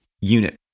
unit